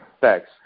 Thanks